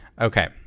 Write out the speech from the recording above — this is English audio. Okay